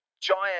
giant